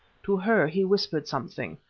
to her he whispered something.